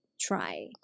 try